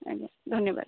ଆଜ୍ଞା ଧନ୍ୟବାଦ